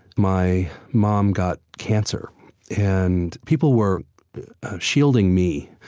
my mom got cancer and people were shielding me.